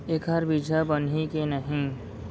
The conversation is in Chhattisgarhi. एखर बीजहा बनही के नहीं?